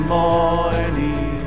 morning